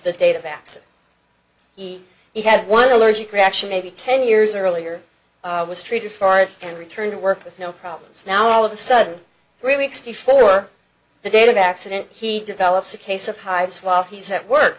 the databanks he he had one allergic reaction maybe ten years earlier was treated for it and returned to work with no problems now all of a sudden three weeks before the date of accident he develops a case of hives while he's at work